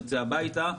יוצא הביתה.